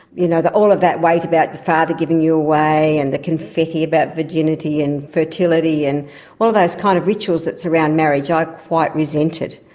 you know, all of that weight about the father giving you away, and the confetti about virginity and fertility, and all of those kind of rituals that surround marriage i quite resented.